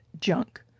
junk